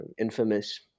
infamous